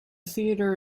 theater